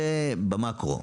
זה במקרו.